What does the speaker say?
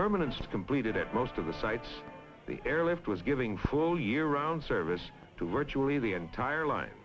permanents completed at most of the sites the airlift was giving full year round service to virtually the entire line